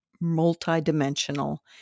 multi-dimensional